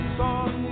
song